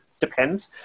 depends